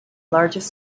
largest